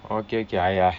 okay okay !aiya!